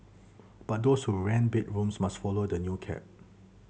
but those who rent bedrooms must follow the new cap